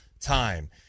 time